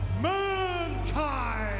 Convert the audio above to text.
mankind